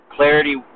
Clarity